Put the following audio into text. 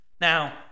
Now